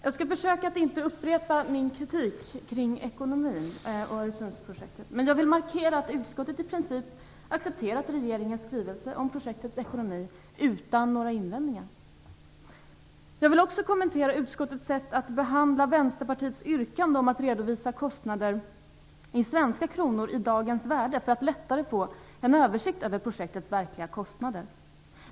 Jag skall försöka att inte upprepa min kritik kring Öresundsbroprojektets ekonomi, men jag vill markera att utskottet i princip har accepterat regeringens skrivelse om projektets ekonomi utan några invändningar. Jag vill också kommentera utskottets sätt att behandla Vänsterpartiets yrkande om att kostnaderna skall redovisas i svenska kronor och i dagens penningvärde för att man lättare skall få en översikt över projektets verkliga kostnader.